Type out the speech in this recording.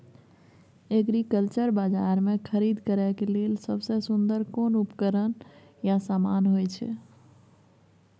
Agriculture बाजार में खरीद करे के लेल सबसे सुन्दर कोन उपकरण या समान होय छै?